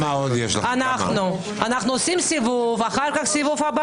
הצבעה מס' 5 בעד ההסתייגות 6 נגד,